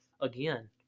again